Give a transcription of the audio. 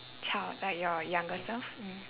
child like your younger self mm